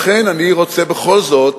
לכן אני רוצה בכל זאת